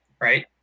Right